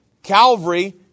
Calvary